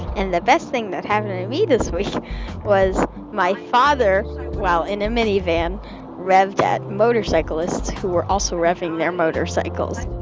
and the best thing that happened to me this week was my father well, in a minivan revved at motorcyclists who were also revving their motorcycles